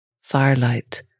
firelight